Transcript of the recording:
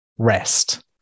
rest